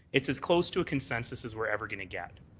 it's as close to a consensus as we're ever going to get.